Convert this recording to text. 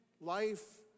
life